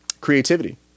creativity